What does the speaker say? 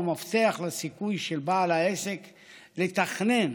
היא מפתח לסיכוי של בעל העסק לתכנן